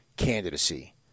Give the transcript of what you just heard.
candidacy